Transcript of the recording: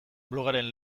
blogaren